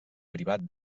privat